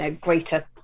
greater